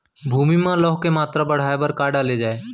भूमि मा लौह के मात्रा बढ़ाये बर का डाले जाये?